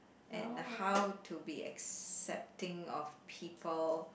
and how to be accepting of people